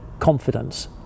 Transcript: confidence